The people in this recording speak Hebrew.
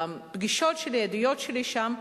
הפגישות שלי, העדויות שלי שם,